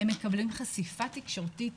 הם מקבלים חשיפה תקשורתית